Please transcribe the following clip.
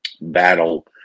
battle